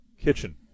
kitchen